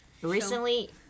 Recently-